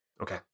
Okay